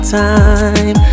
time